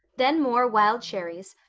then more wild cherries,